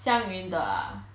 xiang yun 的 ah